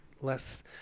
Less